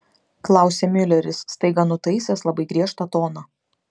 klausia miuleris staiga nutaisęs labai griežtą toną